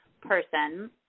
person